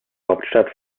hauptstadt